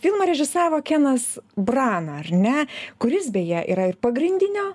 filmą režisavo kenas brana ar ne kuris beje yra ir pagrindinio